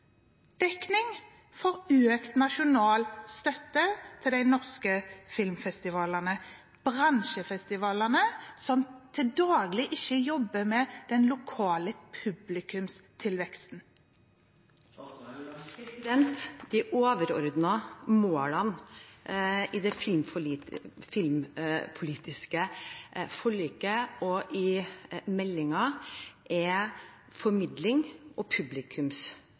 for økt nasjonal støtte til de norske filmfestivalene, bransjefestivalene som til daglig ikke jobber med den lokale publikumstilveksten? De overordnede målene i det filmpolitiske forliket og i meldingen er formidling og